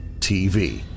TV